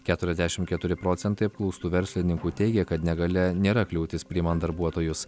keturiasdešim keturi procentai apklaustų verslininkų teigė kad negalia nėra kliūtis priimant darbuotojus